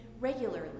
regularly